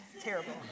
Terrible